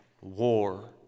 war